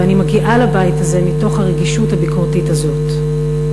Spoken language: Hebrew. ואני מגיעה לבית הזה מתוך הרגישות הביקורתית הזאת.